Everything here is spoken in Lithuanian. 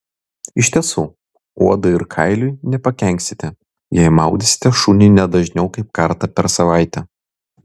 iš tiesų odai ir kailiui nepakenksite jei maudysite šunį ne dažniau kaip kartą per savaitę